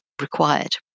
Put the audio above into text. required